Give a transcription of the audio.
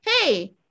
hey